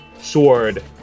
sword